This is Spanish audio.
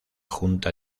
junta